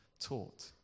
taught